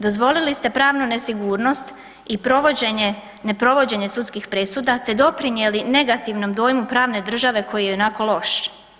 Dozvolili ste pravnu nesigurnost i neprovođenje sudskih presuda te doprinijeli negativnom dojmu pravne države koji je ionako loš.